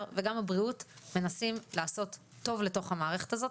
וגם הבריאות מנסים לעשות טוב לתוך המערכת הזאת.